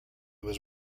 was